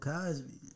Cosby